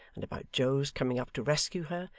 and about joe's coming up to rescue her,